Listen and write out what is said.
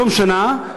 בתום שנה,